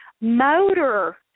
motor